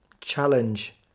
challenge